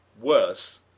worse